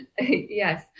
yes